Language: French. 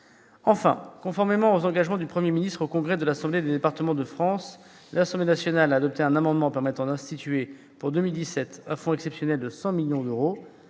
Enfin, conformément aux engagements du Premier ministre devant le congrès des départements de France, l'Assemblée nationale a adopté un amendement permettant d'instituer, pour 2017, un fonds exceptionnel de 100 millions d'euros